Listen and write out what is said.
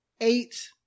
eight